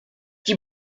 die